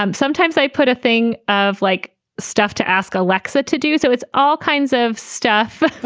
um sometimes i put a thing of like stuff to ask alexa to do. so it's all kinds of stuff.